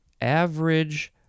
average